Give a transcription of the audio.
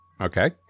Okay